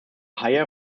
hire